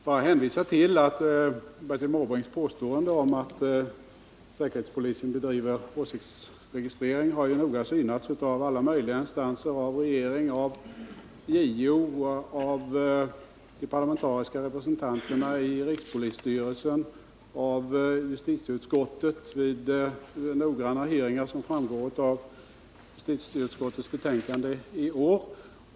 Fru talman! Påståendet att säkerhetspolisen bedriver åsiktsregistrering har noga synats av alla möjliga instanser — av regeringen, JO, de parlamentariska representanterna i rikspolisstyrelsen, justitieutskottet, vid noggranna hearingar som framgår av justitieutskottets betänkande i år.